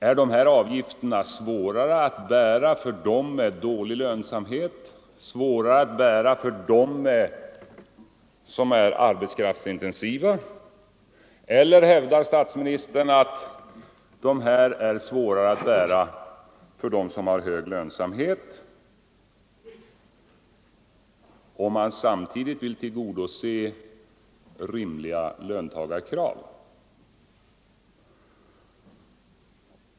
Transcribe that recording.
Är de svårare att bära för företag med dålig lönsamhet eller för arbetskraftsintensiva företag, eller hävdar statsministern att de är svårare att bära för företag med hög lönsamhet om man samtidigt vill tillgodose rimliga löntagarkrav?